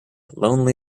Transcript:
lonely